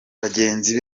bagenzi